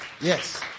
Yes